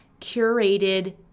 curated